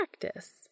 practice